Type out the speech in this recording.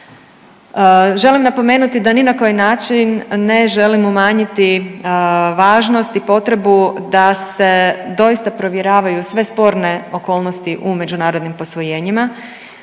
Želim napomenuti da ni na koji način ne želim umanjiti važnost i potrebu da se doista provjeravaju sve sporne okolnosti u međunarodnim posvojenjima,